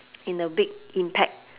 in the big impact